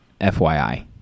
FYI